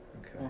Okay